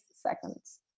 seconds